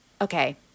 okay